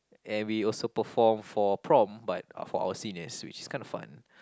and we also perform for prom but for our seniors which is kind of fun